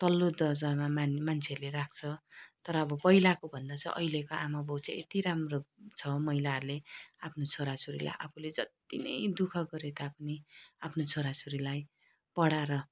तल्लो दर्जामा मान मान्छेहरूले राख्छ तर अब पहिलाकोभन्दा चाहिँ अहिलेको आमाबाबु चाहिँ यति राम्रो छ महिलाहरूले आफ्नो छोरा छोरीलाई आफूले जति नै दुख गरे तापनि आफ्नो छोरा छोरीलाई पढाएर